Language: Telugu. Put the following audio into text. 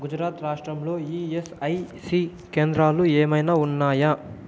గుజరాత్ రాష్ట్రంలో ఇయస్ఐసి కేంద్రాలు ఏమైనా ఉన్నాయా